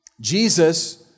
Jesus